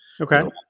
okay